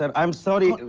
um i'm sorry,